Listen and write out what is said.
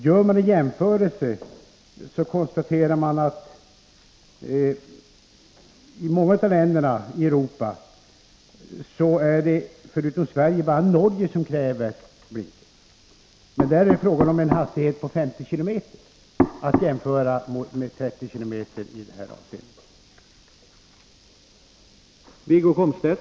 Gör man en jämförelse med andra länder i Europa, kan man konstatera att det förutom Sverige bara är Norge som kräver blinkrar. Men där är det fråga om en hastighet på 50 km tim i det här fallet.